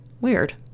Weird